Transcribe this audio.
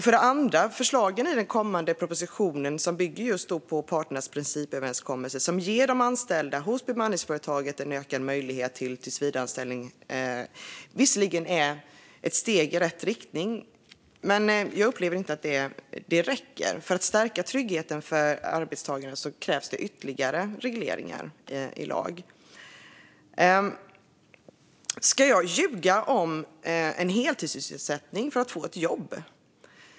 För det andra: Förslagen i den kommande propositionen som bygger på parternas principöverenskommelse och som ger de anställda hos bemanningsföretaget en ökad möjlighet till tillsvidareanställning hos kundföretaget är visserligen ett steg i rätt riktning. Men jag upplever inte att det räcker. För att stärka tryggheten för arbetstagarna krävs ytterligare regleringar i lag. Ska jag ljuga om en heltidssysselsättning för att få ett jobb?